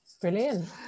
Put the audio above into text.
Brilliant